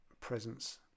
presence